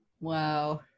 Wow